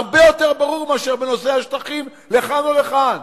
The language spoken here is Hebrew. הרבה יותר ברור מאשר בנושא השטחים, לכאן או לכאן.